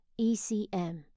ECM